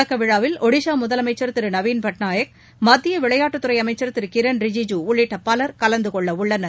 தொடக்க விழாவில் ஒடிசா முதலமைச்சர் திரு நவீன் பட்நாயக் மத்திய விளையாட்டுத்துறை அமைச்சர் திரு கிரண் ரிஜிஜு உள்ளிட்ட பவர் கலந்து கொள்ளவுள்ளனர்